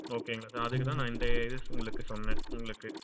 ஓகேங்களா சார் அதுக்கு தான் நான் இந்த இது உங்களுக்கு சொன்னேன் உங்களுக்கு